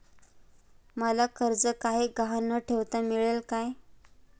मला कर्ज काही गहाण न ठेवता मिळेल काय?